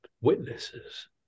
witnesses